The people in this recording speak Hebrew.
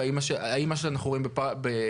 והם מה שאנחנו רואים בירקון,